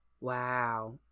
Wow